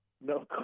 no